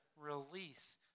release